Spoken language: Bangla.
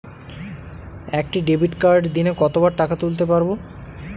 একটি ডেবিটকার্ড দিনে কতবার টাকা তুলতে পারব?